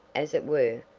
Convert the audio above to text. as it were,